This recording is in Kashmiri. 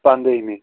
پنٛدہمہِ